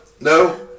No